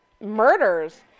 Murders